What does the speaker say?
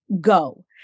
go